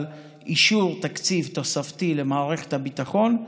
אישור תקציב תוספתי למערכת הביטחון,